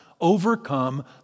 overcome